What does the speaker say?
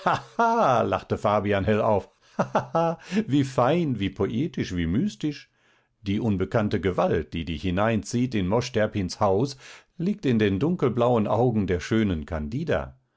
lachte fabian hell auf ha ha ha wie fein wie poetisch wie mystisch die unbekannte gewalt die dich hineinzieht in mosch terpins haus liegt in den dunkelblauen augen der schönen candida